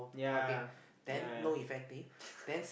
yeah yeah